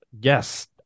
yes